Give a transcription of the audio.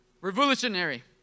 revolutionary